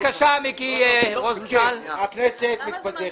הכנסת מתפזרת.